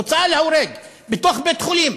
הוצאה להורג בתוך בית-חולים.